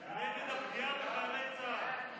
נגד הפגיעה בחיילי צה"ל.